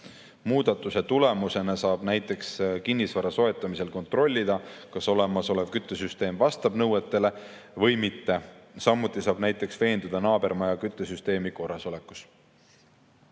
Muudatuse tulemusena saab näiteks kinnisvara soetamisel kontrollida, kas olemasolev küttesüsteem vastab nõuetele või mitte. Samuti saab näiteks veenduda naabermaja küttesüsteemi korrasolekus.